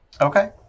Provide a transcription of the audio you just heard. Okay